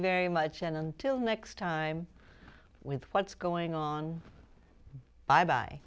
very much and until next time with what's going on bye bye